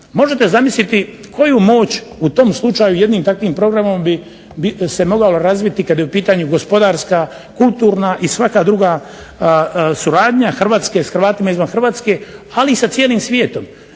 možete zamisliti koju moć u tom slučaju jednim takvim programom se mogao razviti kada je u pitanju gospodarska, kulturna i svaka druga suradnja Hrvatske s Hrvata izvan Hrvatske ali i sa cijelim svijetom.